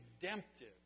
redemptive